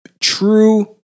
true